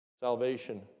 salvation